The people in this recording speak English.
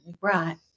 Right